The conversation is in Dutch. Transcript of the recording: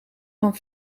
van